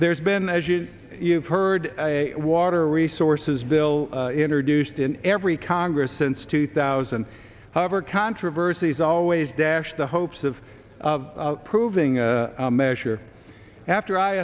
there's been as you've heard a water resources bill introduced in every congress since two thousand however controversies always dash the hopes of proving a measure after i